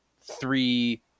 three